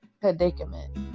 predicament